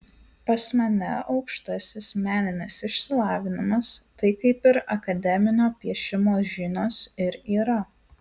pas mane aukštasis meninis išsilavinimas tai kaip ir akademinio piešimo žinios ir yra